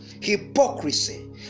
hypocrisy